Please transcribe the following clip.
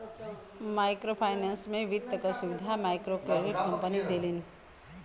micro finance में वित्त क सुविधा मइक्रोक्रेडिट कम्पनी देलिन